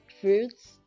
fruits